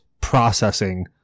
processing